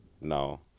now